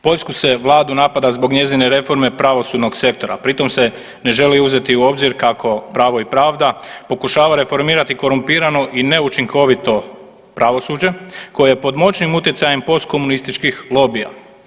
Poljsku se vladu napada zbog njezine reforme pravosudnog sektora, pri tom se ne želi uzeti u obzir kako Pravo i pravda pokušava reformirati korumpirano i neučinkovito pravosuđe koje je pod moćnim utjecajem postkomunističkih lobija.